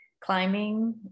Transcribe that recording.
climbing